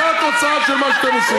זו התוצאה של מה שאתם עושים.